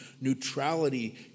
neutrality